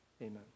Amen